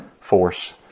force